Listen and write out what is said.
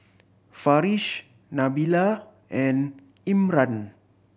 Farish Nabila and Imran